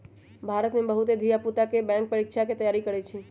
भारत में बहुते धिया पुता बैंक परीकछा के तैयारी करइ छइ